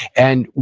and,